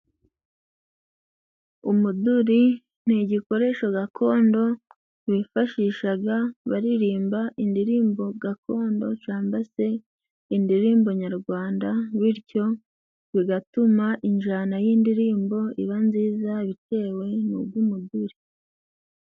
Umuduri ni ikoresho gakondo wifashishaga baririmba indirimbo gakondo cyangwa se indirimbo nyarwanda bityo bigatuma injana y'indirimbo iba nziza bitewe nugu muduri.